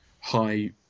high